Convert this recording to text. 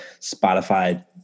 Spotify